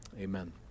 Amen